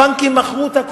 הבנקים מכרו את קופות הגמל.